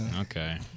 Okay